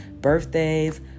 birthdays